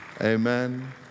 Amen